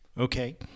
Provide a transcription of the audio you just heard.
Okay